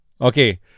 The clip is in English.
Okay